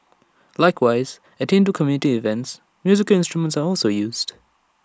likewise at Hindu community events musical instruments are also used